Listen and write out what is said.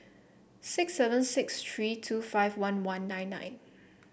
six seven six three two five one one nine nine